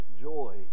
joy